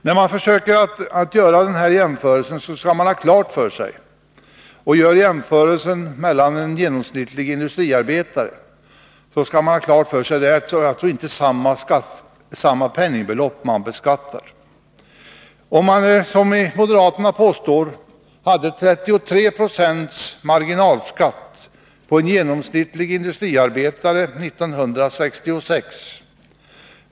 beskattning När man gör en jämförelse mellan dessa år och det är fråga om en industriarbetare som representerar genomsnittet, skall man ha klart för sig att det inte är samma penningbelopp som beskattas. Moderaterna påstår att marginalskatten var 33 96 för en genomsnittlig industriarbetare 1966.